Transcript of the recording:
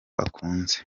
akunze